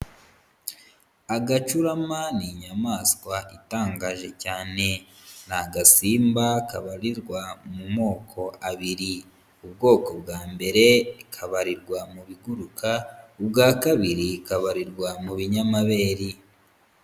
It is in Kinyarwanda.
Agacurama ni inyamaswa itangaje cyane, ni agasimba kabarirwa mu moko abiri, ubwoko bwa mbere kabarirwa mu biguruka ubwa kabiri kabarirwa mu binyamabere.